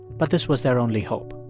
but this was their only hope.